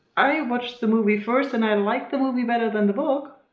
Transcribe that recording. i watched the movie first and i like the will be better than the book.